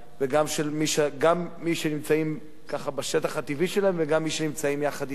גם מי שנמצאים בשטח הטבעי שלהם וגם מי שנמצאים יחד אתנו.